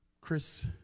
Chris